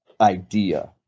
idea